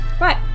Right